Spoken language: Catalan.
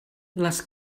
les